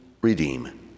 redeem